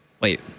Wait